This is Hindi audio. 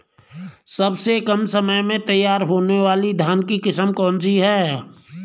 सबसे कम समय में तैयार होने वाली धान की किस्म कौन सी है?